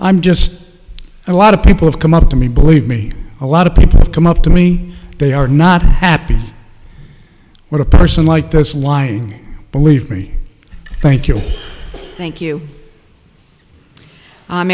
i'm just a lot of people have come up to me believe me a lot of people come up to me they are not happy with a person like this line believe me thank you thank you i